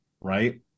Right